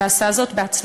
ועשה זאת בהצלחה.